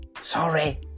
Sorry